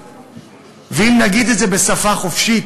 ואם נגיד את זה בשפה חופשית: